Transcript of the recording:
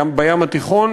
בים התיכון,